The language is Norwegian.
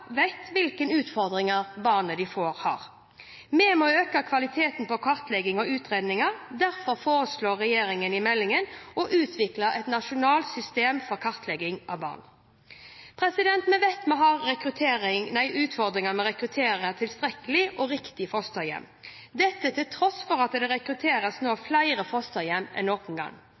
vet hvilke utfordringer barnet de får, har. Vi må øke kvaliteten på kartlegging og utredning. Derfor foreslår regjeringen i meldingen å utvikle et nasjonalt system for kartlegging av barn. Vi vet vi har utfordringer med å rekruttere tilstrekkelig antall og riktige fosterhjem, dette til tross for at det nå rekrutteres flere fosterhjem enn noen gang.